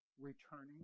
returning